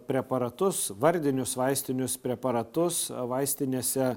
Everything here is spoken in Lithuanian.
preparatus vardinius vaistinius preparatus vaistinėse